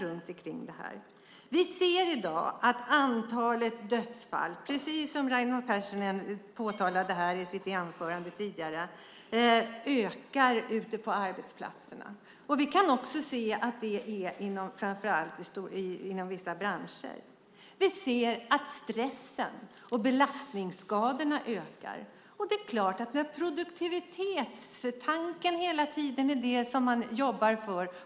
Precis som Raimo Pärssinen påtalade i sitt anförande ser vi att antalet dödsfall ökar på arbetsplatserna. Vi kan också se att det framför allt är inom vissa branscher. Stressen och belastningsskadorna ökar. Produktivitetstanken är det som man hela tiden jobbar för.